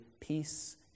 peace